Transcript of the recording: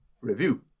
review